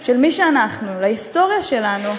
של מי שאנחנו, להיסטוריה שלנו,